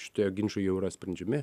šitie ginčai jau yra sprendžiami